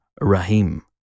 Rahim